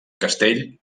castell